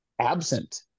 absent